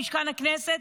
במשכן הכנסת,